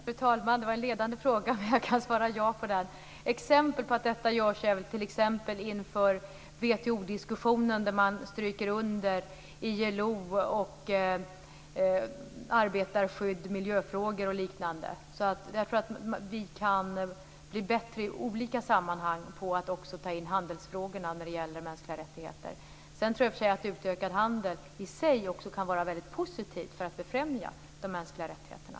Fru talman! Det var en ledande fråga, men jag kan svara ja på den. Ett exempel på att det görs är det som gjordes inför WTO-diskussionen. Där strök man under ILO, arbetarskydd, miljöfrågor och liknande. Jag tror att vi kan bli bättre i olika sammanhang på att också ta in handelsfrågorna när det gäller mänskliga rättigheter. Sedan tror jag i och för sig att utökad handel i sig också kan vara väldigt positivt för att befrämja de mänskliga rättigheterna.